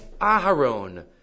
Aharon